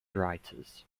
writers